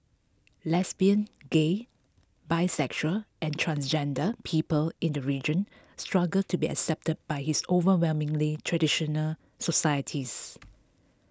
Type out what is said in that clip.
lesbian gay bisexual and transgender people in the region struggle to be accepted by its overwhelmingly traditional societies